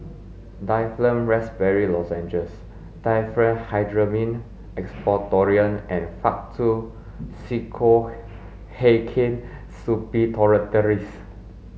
Difflam Raspberry Lozenges Diphenhydramine Expectorant and Faktu Cinchocaine Suppositories